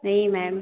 नहीं मैम